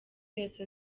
yose